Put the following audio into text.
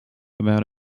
about